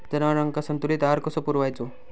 जनावरांका संतुलित आहार कसो पुरवायचो?